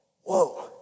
whoa